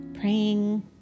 praying